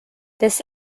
this